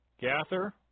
Gather